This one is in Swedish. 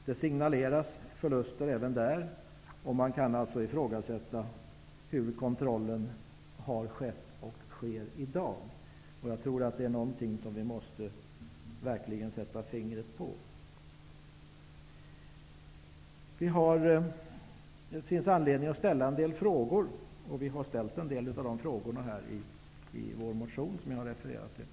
Det signaleras förluster även där och man kan alltså ifrågasätta hur kontrollen har skett och sker i dag. Jag tror att det är någonting som vi verkligen måste sätta fingret på. Det finns anledning att ställa en del frågor, och vi har ställt en del av de frågorna i vår motion, som jag har refererat till.